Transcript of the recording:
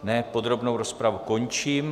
Ne, podrobnou rozpravu končím.